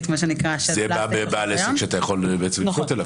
--- זה בעל עסק שאתה יכול לפנות אליו.